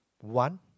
One